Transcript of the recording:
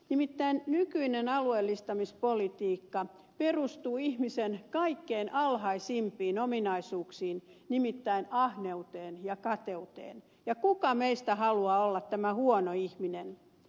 nimittäin nykyinen alueellistamispolitiikka perustuu ihmisen kaikkein alhaisimpiin ominaisuuksiin nimittäin ahneuteen ja kateuteen ja kuka meistä haluaa olla tämä huono ihminen